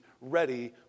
ready